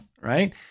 Right